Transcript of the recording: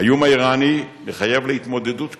האיום האירני מחייב התמודדות קשה,